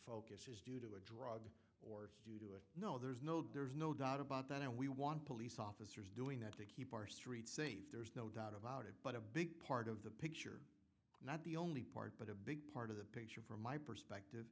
three to a drug we do it no there's no there's no doubt about that and we want police officers doing that to keep our streets safe there's no doubt about it but a big part of the picture not the only part but a big part of the picture from my perspective